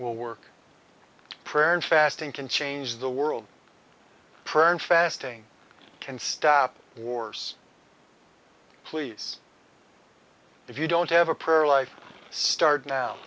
will work prayer and fasting can change the world prayer and fasting can stop wars please if you don't have a prayer life start now